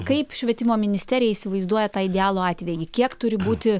kaip švietimo ministerija įsivaizduoja tą idealų atvejį kiek turi būti